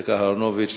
יצחק אהרונוביץ,